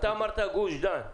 אתה דיברת על גוש דן.